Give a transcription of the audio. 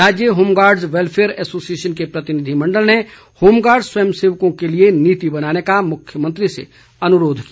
राज्य home guards welfare association के प्रतिनिधिमण्डल ने होमगार्ड स्वयं सेवकों के लिए नीति बनाने का मुख्यमंत्री से अनुरोध किया